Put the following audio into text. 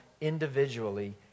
individually